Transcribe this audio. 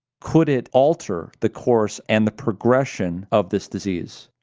could it alter the course and the progression of this disease?